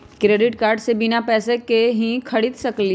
Credit card से बिना पैसे के ही खरीद सकली ह?